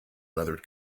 weather